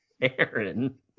Aaron